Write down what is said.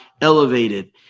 elevated